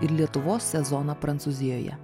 ir lietuvos sezoną prancūzijoje